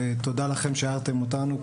ותודה לכם שהערתם אותנו.